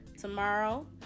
tomorrow